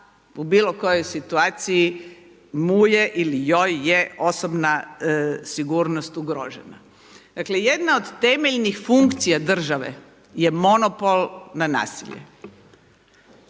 u bilo kojoj situaciji mu je ili joj je osobna sigurnost ugrožena? Dakle, jedna od temeljnih funkcija države je monopol na nasilje.